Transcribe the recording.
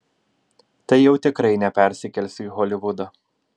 tai jau tikrai nepersikelsiu į holivudą